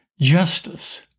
justice